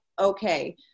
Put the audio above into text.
okay